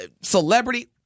celebrity